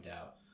out